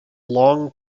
long